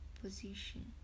position